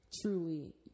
truly